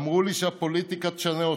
אמרו לי שהפוליטיקה תשנה אותי.